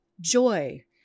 Joy